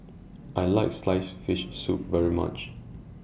I like Sliced Fish Soup very much